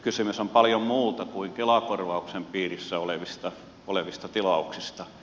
kysymys on paljon muusta kuin kela korvauksen piirissä olevista tilauksista